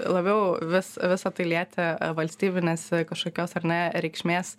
labiau vis visą tai lietė valstybinės e kažkokios ar ne reikšmės